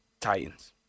Titans